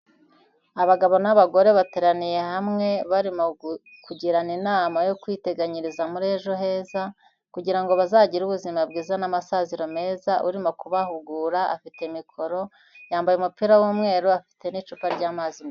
Abagabo n'abagore bateraniye hamwe barimo kugirana inama yo kwiteganyiriza muri ejo heza, kugira ngo bazagire ubuzima bwiza n'amasaziro meza, urimo kubahugura afite mikoro yambaye umupira w'umweru afite n'icupa ry'amazi.